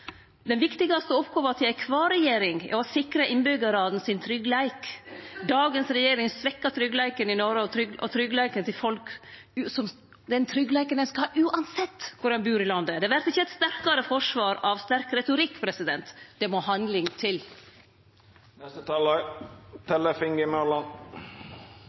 Den viktigaste oppgåva til alle regjeringar er å sikre tryggleiken til innbyggjarane. Dagens regjering svekkjer tryggleiken i Noreg, den tryggleiken folk skal ha, uansett kvar dei bur i landet. Det vert ikkje eit sterkare forsvar av sterk retorikk. Det må handling til.